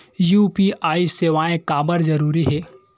UPI सेवाएं काबर जरूरी हे?